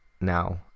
now